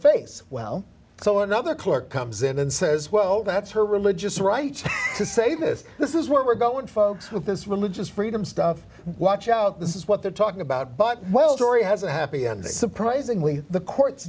face well so another clerk comes in and says well that's her religious right to say this this is where we're going folks with this religious freedom stuff watch out this is what they're talking about but well tori has a happy ending surprisingly the courts